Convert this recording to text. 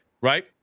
right